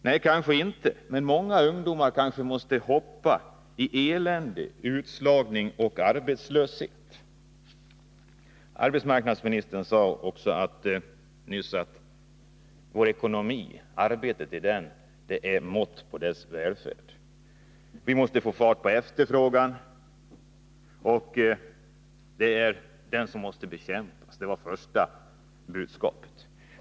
Nej, kanske inte, men många ungdomar måste kanske hoppa rakt in i elände, utslagning och arbetslöshet. Arbetsmarknadsministern sade nyss här i kammaren att vår ekonomi är ett mått på vår välfärd. Vi måste få fart på efterfrågan. Den måste bekämpas — det var första budskapet.